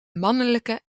mannelijke